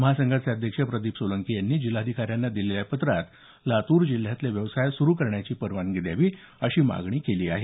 महासंघाचे अध्यक्ष प्रदीप सोलंकी यांनी जिल्हाधिकाऱ्यांना दिलेल्या पत्रात लातूर जिल्ह्यातले व्यवसाय सुरु करण्याची परवानगी द्यावी अशी मागणी केली आहे